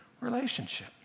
relationship